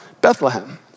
Bethlehem